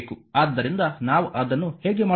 ಆದ್ದರಿಂದ ನಾವು ಅದನ್ನು ಹೇಗೆ ಮಾಡುತ್ತೇವೆ